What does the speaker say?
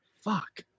Fuck